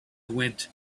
went